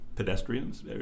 pedestrians